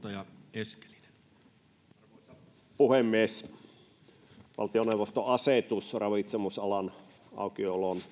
arvoisa puhemies valtioneuvoston asetus ravitsemusalan aukiolon